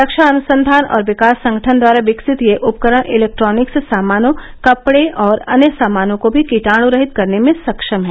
रक्षा अनुसंघान और विकास संगठन द्वारा विकसित यह उपकरण इलेक्ट्रॉनिक्स सामानों कपड़े और अन्य सामानों को भी कीटाण्रहित करने में सक्षम है